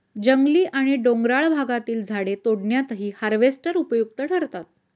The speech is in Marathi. जंगली आणि डोंगराळ भागातील झाडे तोडण्यातही हार्वेस्टर उपयुक्त ठरतात